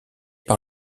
par